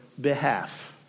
behalf